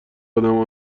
ادم